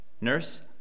Nurse